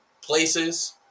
places